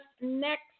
next